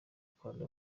kandi